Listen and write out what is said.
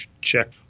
check